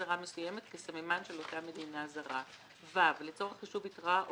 של אותה מדינה זרה; לצורך חישוב יתרה,